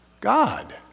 God